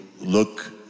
look